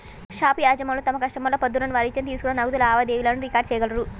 shop యజమానులు తమ కస్టమర్ల పద్దులను, వారు ఇచ్చిన, తీసుకున్న నగదు లావాదేవీలను రికార్డ్ చేయగలరు